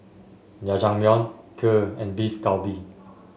Jajangmyeon Kheer and Beef Galbi